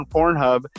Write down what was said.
Pornhub